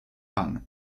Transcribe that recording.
pan